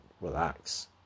relax